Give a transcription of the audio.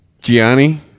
Gianni